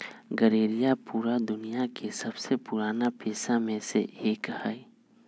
गरेड़िया पूरा दुनिया के सबसे पुराना पेशा में से एक हई